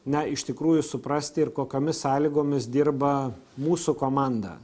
na iš tikrųjų suprasti ir kokiomis sąlygomis dirba mūsų komanda